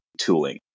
tooling